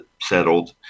settled